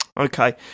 okay